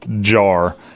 jar